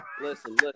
Listen